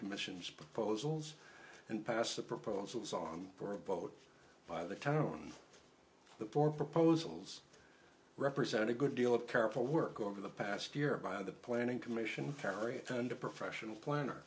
commission's proposals and pass the proposals on for a vote by the time on the board proposals represent a good deal of careful work over the past year by the planning commission perry and a professional planner